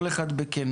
כל אחד בכנות: